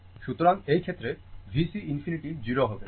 সুতরাং এই ক্ষেত্রে VC ∞ 0 হবে